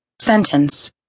Sentence